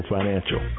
Financial